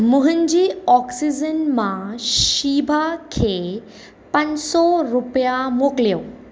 मुंहिंजी ऑक्सीजन मां शीभा खे पंज सौ रुपिया मोकिलियो